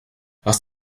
hast